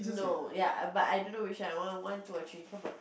no ya but I don't know which one I want one two or three come on